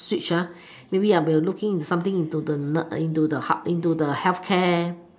switch ah maybe I will looking in something into the into into the healthcare